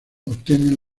obtienen